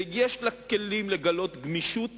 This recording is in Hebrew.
ויש לה כלים לגלות גמישות